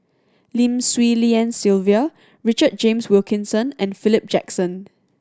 Lim Swee Lian Sylvia Richard James Wilkinson and Philip Jackson